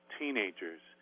teenagers